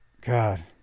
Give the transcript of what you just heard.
God